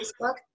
Facebook